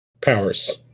powers